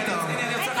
צבאי.